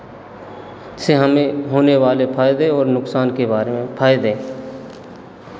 से हमें होने वाले फायदे और नुकसान के बारे में फायदे